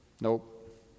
Nope